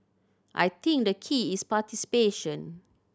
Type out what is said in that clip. I think the key is participation